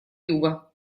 юга